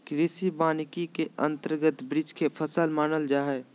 कृषि वानिकी के अंतर्गत वृक्ष के फसल मानल जा हइ